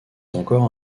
encore